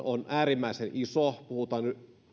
on äärimmäisen iso puhutaan